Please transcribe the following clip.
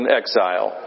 exile